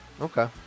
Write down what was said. Okay